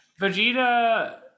Vegeta